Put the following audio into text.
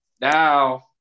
now